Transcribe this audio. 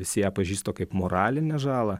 visi ją pažįsta kaip moralinę žalą